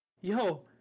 Yo